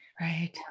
Right